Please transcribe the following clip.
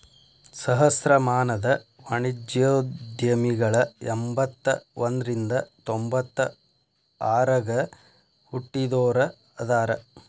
ಸಹಸ್ರಮಾನದ ವಾಣಿಜ್ಯೋದ್ಯಮಿಗಳ ಎಂಬತ್ತ ಒಂದ್ರಿಂದ ತೊಂಬತ್ತ ಆರಗ ಹುಟ್ಟಿದೋರ ಅದಾರ